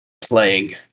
playing